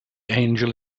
angel